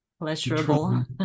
pleasurable